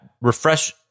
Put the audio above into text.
refresh